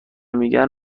میگن